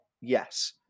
Yes